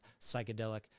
psychedelic